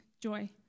joy